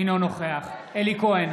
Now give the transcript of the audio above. אינו נוכח אלי כהן,